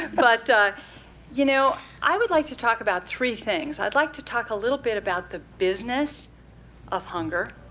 but you know i would like to talk about three things. i'd like to talk a little bit about the business of hunger.